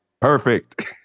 perfect